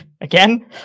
Again